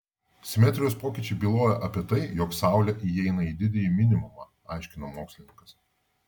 simetrijos pokyčiai byloja apie tai jog saulė įeina į didįjį minimumą aiškina mokslininkas